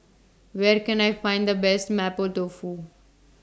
Where Can I Find The Best Mapo Tofu